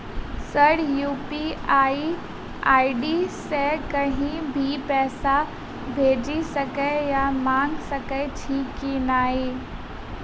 Sir UPI ID सँ कहि भी पैसा भेजि सकै या मंगा सकै छी की न ई?